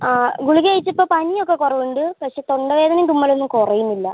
ഗുളിക കഴിച്ചപ്പോൾ പനിയൊക്കെ കുറവുണ്ട് പക്ഷേ തൊണ്ട വേദനയും തുമ്മലുമൊന്നും കുറയുന്നില്ല